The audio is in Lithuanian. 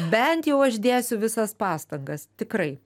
bent jau aš dėsiu visas pastangas tikrai